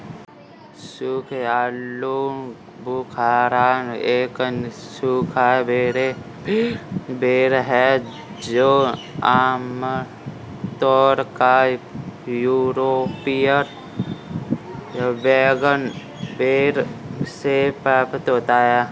सूखे आलूबुखारा एक सूखा बेर है जो आमतौर पर यूरोपीय बेर से प्राप्त होता है